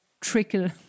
trickle